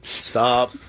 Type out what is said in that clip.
Stop